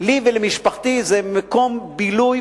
לי ולמשפחתי זה מקום בילוי,